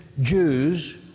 Jews